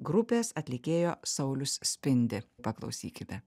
grupės atlikėjo saulius spindi paklausykite